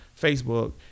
Facebook